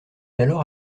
alors